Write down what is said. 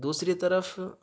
دوسری طرف